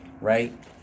right